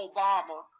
Obama